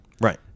Right